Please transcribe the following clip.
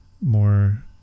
more